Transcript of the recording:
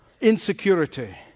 insecurity